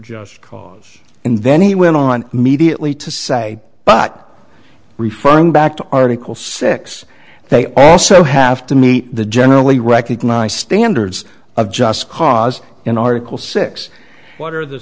just cause and then he went on mediately to say but referring back to article six they also have to meet the generally recognized standards of just cause in article six what are the